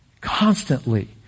constantly